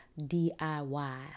DIY